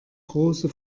große